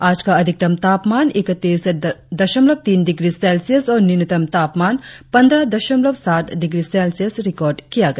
आज का अधिकतम तापमान इकत्तीस दशमलव तीन डिग्री सेल्सियस और न्यूनतम तापमान पंद्रह दशमलव सात डिग्री सेल्सियस रिकार्ड किया गया